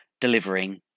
delivering